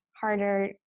harder